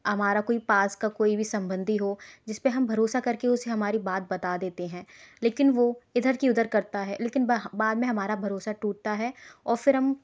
हमारा कोई पास का कोई भी संबंधी हो जिस पर हम भरोसा करके उसे हमारी बात बता देते हैं लेकिन वह इधर की उधर करता है लेकिन बाद में हमारा भरोसा टूटता है और फिर हम